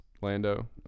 Lando